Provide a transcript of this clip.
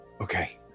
Okay